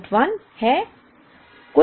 Q w भी 1581 है